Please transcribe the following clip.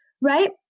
right